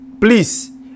please